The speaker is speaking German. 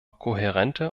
kohärente